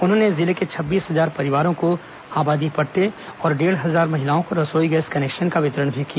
उन्होंने जिले के छब्बीस हजार परिवारों को आबादी पटटे और डेढ़ हजार महिलाओं को रसोई गैस कनेक्शन का वितरण भी किया